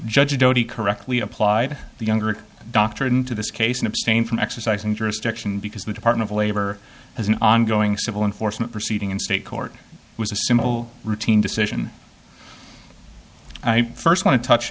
n judge correctly applied the younger doctor into this case and abstain from exercising jurisdiction because the department of labor has an ongoing civil enforcement proceeding and state court was a similar routine decision i first want to touch